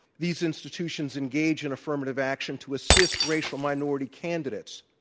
these institutions engage in affirmative action to assist racial minority candidates